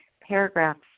paragraphs